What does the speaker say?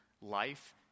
life